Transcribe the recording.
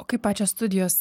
o kai pačios studijos